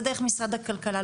זה דרך משרד הכלכלה,